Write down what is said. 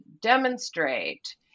demonstrate